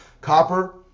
copper